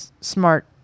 smart